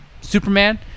Superman